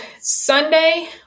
Sunday